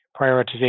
prioritization